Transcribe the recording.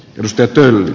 yhdistettyyn